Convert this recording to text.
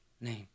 Name